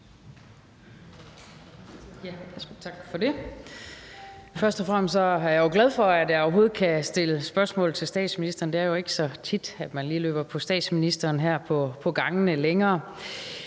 Tak for det. Først og fremmest er jeg jo glad for, at jeg overhovedet kan stille spørgsmål til statsministeren; det er jo ikke så tit, at man lige løber på statsministeren her på gangene længere.